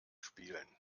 spielen